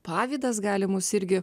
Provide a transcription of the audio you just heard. pavydas gali mus irgi